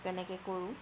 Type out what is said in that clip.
তেনেকে কৰোঁ